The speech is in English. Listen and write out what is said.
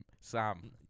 Sam